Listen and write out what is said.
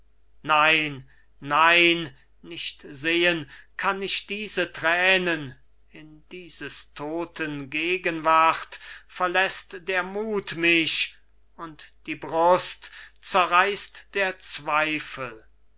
nein nein nicht sehen kann ich diese thränen in dieses todten gegenwart verläßt der muth mich und die brust zerreißt der zweifel laß